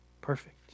perfect